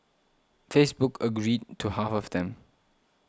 Facebook agreed to half of them